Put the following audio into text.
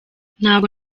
ntabwo